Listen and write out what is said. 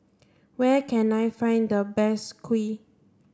where can I find the best Kuih